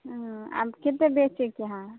ओ आब कतेक बेचेके हय